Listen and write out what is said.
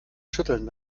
schütteln